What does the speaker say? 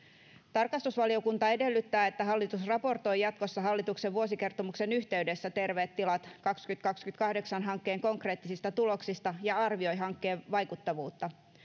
tarkastusvaliokunta edellyttää että hallitus raportoi jatkossa hallituksen vuosikertomuksen yhteydessä terveet tilat kaksituhattakaksikymmentäkahdeksan hankkeen konkreettisista tuloksista ja arvioi hankkeen vaikuttavuutta